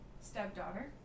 stepdaughter